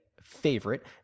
favorite